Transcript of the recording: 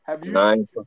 Nine